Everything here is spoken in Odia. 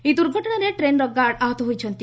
ଏହି ଦୁର୍ଘଟଣାରେ ଟ୍ରେନ୍ର ଗାର୍ଡ଼ ଆହତ ହୋଇଛନ୍ତି